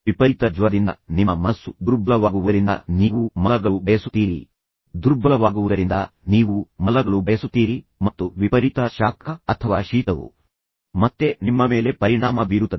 ವಿಪರೀತ ಜ್ವರದಿಂದ ನಿಮ್ಮ ಮನಸ್ಸು ದುರ್ಬಲವಾಗುವುದರಿಂದ ನೀವು ಮಲಗಲು ಬಯಸುತ್ತೀರಿ ಮತ್ತು ನಿದ್ದೆ ಮಾಡುವುದು ಮತ್ತು ವಿಶ್ರಾಂತಿ ತೆಗೆದುಕೊಳ್ಳುವುದು ವಿಪರೀತ ಶಾಖ ಅಥವಾ ಶೀತವು ಮತ್ತೆ ನಿಮ್ಮ ಮೇಲೆ ಪರಿಣಾಮ ಬೀರುತ್ತದೆ